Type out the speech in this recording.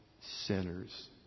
sinners